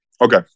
Okay